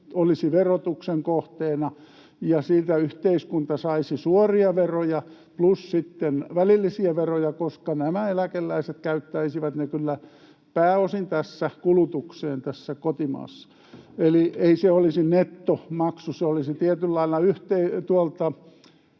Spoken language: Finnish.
olisi verotuksen kohteena ja siitä yhteiskunta saisi suoria veroja plus sitten välillisiä veroja, koska nämä eläkeläiset käyttäisivät ne kyllä pääosin kulutukseen täällä kotimaassa. Eli ei se olisi nettomaksu, se olisi tietyllä lailla